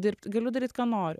dirbti galiu daryt ką nori